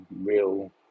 real